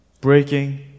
breaking